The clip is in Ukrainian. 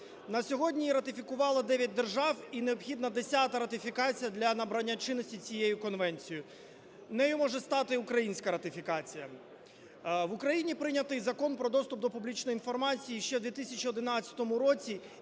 На сьогодні її ратифікували 9 держав і необхідна десята ратифікація для набрання чинності цією конвенцією. Нею може стати українська ратифікація. В Україні прийнятий Закон "Про доступ до публічної інформації" ще в 2011 році.